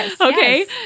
Okay